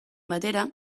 batera